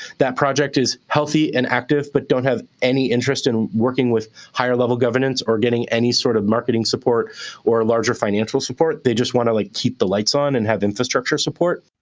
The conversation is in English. that project is healthy and active but don't have any interest in working with higher level governance or getting any sort of marketing support or larger financial support. they just want to like keep the lights on and have infrastructure support.